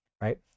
Right